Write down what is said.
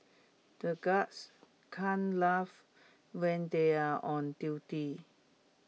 the guards can't laugh when they are on duty